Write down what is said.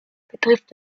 betrifft